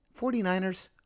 49ers